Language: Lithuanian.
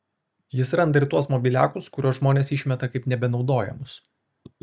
jis randa ir tuos mobiliakus kuriuos žmonės išmeta kaip nebenaudojamus